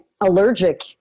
allergic